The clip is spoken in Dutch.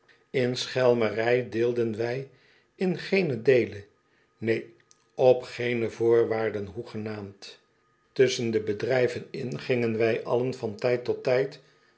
schelmerij deelden wij in geenen deele neen op geene voorwaarden hoegenaamd tusschen de bedrijven in gingen wij allen van tijd tot tijd